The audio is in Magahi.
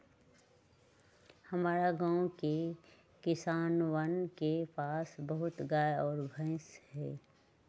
हमरा गाँव के किसानवन के पास बहुत गाय और भैंस हई